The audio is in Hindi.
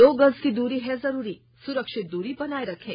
दो गज की दूरी है जरूरी सुरक्षित दूरी बनाए रखें